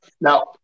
Now